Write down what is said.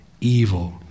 evil